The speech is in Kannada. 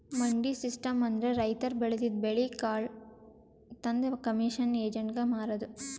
ಮಂಡಿ ಸಿಸ್ಟಮ್ ಅಂದ್ರ ರೈತರ್ ಬೆಳದಿದ್ದ್ ಬೆಳಿ ಕಾಳ್ ತಂದ್ ಕಮಿಷನ್ ಏಜೆಂಟ್ಗಾ ಮಾರದು